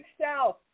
South